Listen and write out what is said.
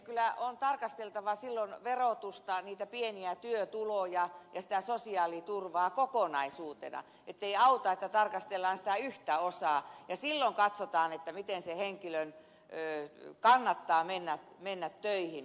kyllä on tarkasteltava silloin verotusta niitä pieniä työtuloja ja sitä sosiaaliturvaa kokonaisuutena ettei auta että tarkastellaan sitä yhtä osaa ja silloin katsotaan miten sen henkilön kannattaa mennä töihin